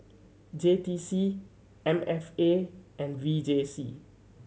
J T C M F A and V J C